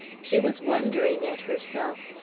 she was wondering at herself,